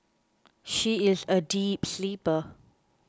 she is a deep sleeper